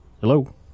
Hello